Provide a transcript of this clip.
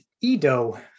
Edo